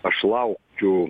aš laukiu